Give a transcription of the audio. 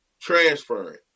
transferring